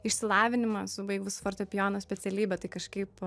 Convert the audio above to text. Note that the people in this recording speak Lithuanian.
išsilavinimą esu baigus fortepijono specialybę tai kažkaip